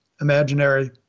imaginary